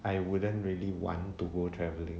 I wouldn't really want to go travelling